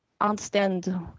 understand